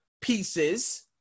pieces